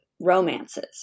romances